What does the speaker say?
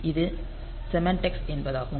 அது செமாண்டிக்ஸ் என்பதாகும்